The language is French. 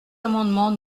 amendement